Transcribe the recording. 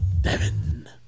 Devin